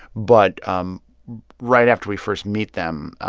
but um right after we first meet them,